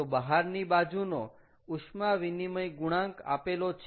તો બહારની બાજુનો ઉષ્મા વિનિમય ગુણાંક આપેલો છે